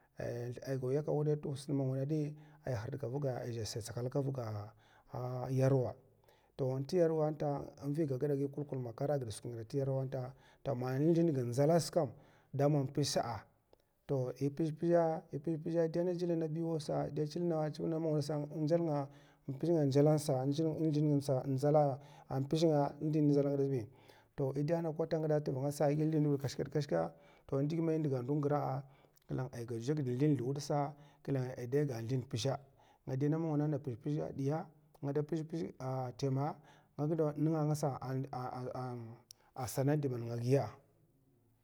Ai aiga yaka wudai t'mongwana di, ai hrdka vga ai zasa tsakalka vga yarwa ton nt'yarwa nta nviga gada gi kulkul makar a gida skwi t'yarwa nta toh ma zlin g ndzla skam daman mpzè sa'a toh, è pzè pzè è dè gili na biu sa è dè chivid na mongwana sa npzè nga ndzala sa, npzè nga ndi ndzalana gida zbi toh è dè na kwata tva ngasa è gi zlinwi kashkat kashka toh n'ndgag mai ndga ndun gra'a klèn ai ga jakd zlèn zlèwèd sa, klèng a dèga zlin mpzè'a, è dè na mongwana na pzèpzè diya, mpzè pzè tèma nga ngasa sana dima nga giya.